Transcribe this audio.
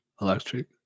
Electric